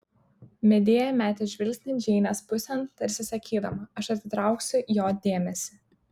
medėja metė žvilgsnį džeinės pusėn tarsi sakydama aš atitrauksiu jo dėmesį